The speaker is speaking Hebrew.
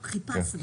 חיפשנו.